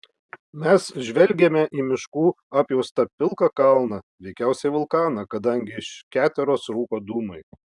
mes žvelgėme į miškų apjuostą pilką kalną veikiausiai vulkaną kadangi iš keteros rūko dūmai